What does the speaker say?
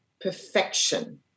perfection